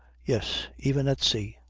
yes. even at sea!